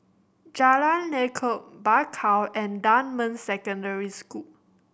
Jalan Lekub Bakau and Dunman Secondary School